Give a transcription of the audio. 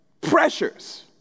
pressures